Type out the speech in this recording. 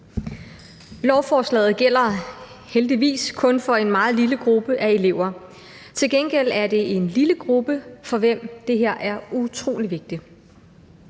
Lovforslaget gælder heldigvis kun for en meget lille gruppe af elever. Til gengæld er det en gruppe, for hvem det her er utrolig vigtigt.